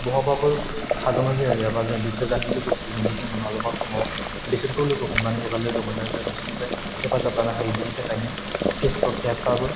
बहाबाफोर थाद'नो जायगा गैयाबा जों बे गोजाननि लोगोफोरजोंबो जोङो माब्लाबा समाव बिसोरखौ लोगो हमनानै एबा लोगो मोननानै जों बिसोरनिफ्राय हेफाजाब लानो हायो बेनि थाखायनो फेसबुक एप आबो